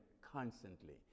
constantly